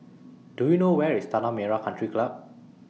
Do YOU know Where IS Tanah Merah Country Club